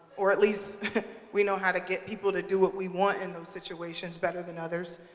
or at least we know how to get people to do what we want in those situations better than others.